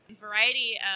variety